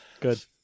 good